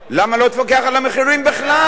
למה לא תפקח על המחירים בכלל?